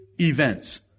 events